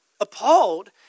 appalled